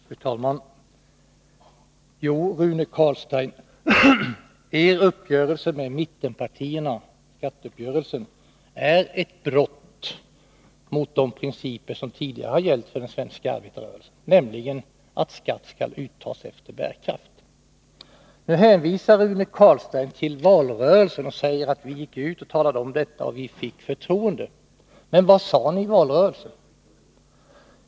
Fru talman! Jo, Rune Carlstein, er skatteuppgörelse med mittenpartierna är ett brott mot de principer som tidigare har gällt för den svenska arbetarrörelsen, nämligen att skatt skall uttas efter bärkraft. Rune Carlstein hänvisade till valrörelsen och sade: Vi gick ut och talade om detta, och vi fick förtroendet. Men vad sade ni i valrörelsen?